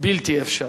בלתי אפשרי.